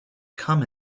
come